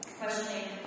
questioning